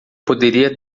poderia